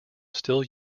still